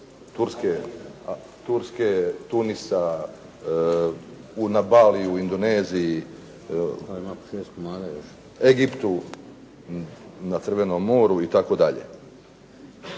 Turske, Tunisa, u Nabaliju, Indoneziji, Egiptu, na Crvenom moru, itd.